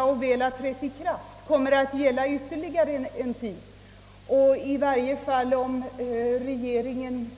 Penningvärdeförsämringen torde dess värre komma att fortgå; i varje fall om regeringen